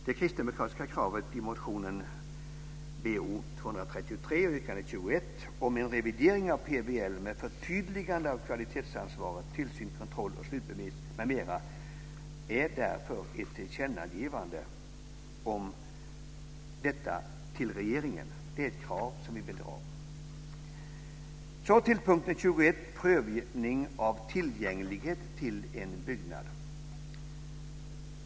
Det kristdemokratiska kravet i motionen Bo233, yrkande 21, om en revidering av PBL med förtydligande av kvalitetsansvaret, tillsyn, kontroll och slutbevis, m.m., är därför ett tillkännagivande om detta till regeringen. Det är ett krav. Så till punkt 21 om prövning av tillgänglighet till en byggnad.